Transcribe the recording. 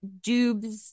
dubes